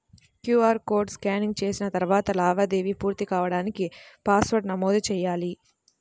QR code scanning చేసిన తరువాత లావాదేవీ పూర్తి కాడానికి పాస్వర్డ్ను నమోదు చెయ్యాలి